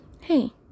hey